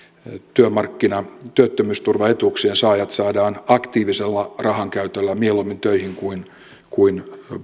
työmarkkina työttömyysturvaetuuksien saajat saadaan aktiivisella rahan käytöllä mieluummin töihin kuin kuin